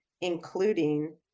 including